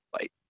fight